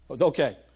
Okay